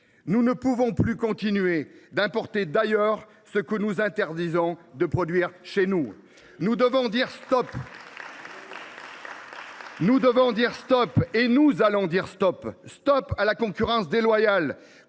nous ne pouvons plus continuer à importer d’ailleurs ce que nous interdisons de produire chez nous. Nous devons dire « stop »– et nous allons le faire !– à la concurrence déloyale